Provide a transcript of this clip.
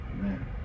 Man